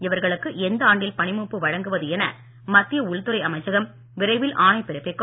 இவர்களுக்கு எந்த ஆண்டில் பணி மூப்பு வழங்குவது என மத்திய உள்துறை அமைச்சகம் விரைவில் ஆணை பிறப்பிக்கும்